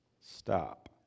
stop